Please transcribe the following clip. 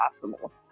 possible